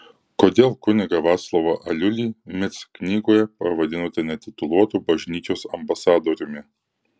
kodėl kunigą vaclovą aliulį mic knygoje pavadinote netituluotu bažnyčios ambasadoriumi